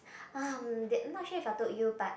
um not sure if it told you but